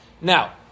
Now